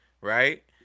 Right